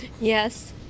Yes